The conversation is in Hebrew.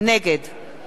נגד